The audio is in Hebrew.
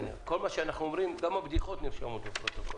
כל מה שאנחנו אומרים גם הבדיחות נרשם בפרוטוקול.